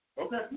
Okay